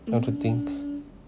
want to think